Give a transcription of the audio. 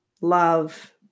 love